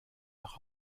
nach